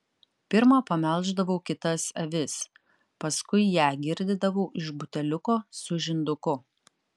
pirma pamelždavau kitas avis paskui ją girdydavau iš buteliuko su žinduku